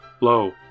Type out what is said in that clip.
Lo